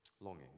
Longing